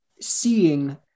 seeing